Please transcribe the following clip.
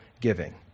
giving